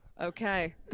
Okay